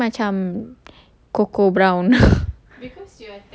cause my hand macam cocoa brown